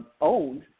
owned